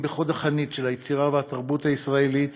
בחוד החנית של היצירה והתרבות הישראלית